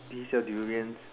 did he sell durians